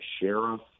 sheriff